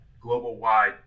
global-wide